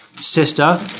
sister